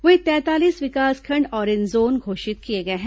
वहीं तैंतालीस विकासखंड ऑरेंज जोन घोषित किए गए हैं